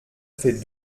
fait